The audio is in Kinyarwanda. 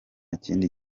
kindi